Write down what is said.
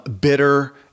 bitter